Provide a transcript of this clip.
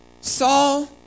Saul